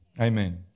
Amen